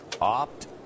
Opt